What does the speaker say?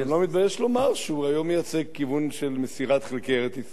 אני לא מתבייש לומר שהוא היום מייצג כיוון של מסירת חלקי ארץ-ישראל.